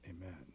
Amen